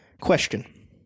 Question